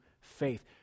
faith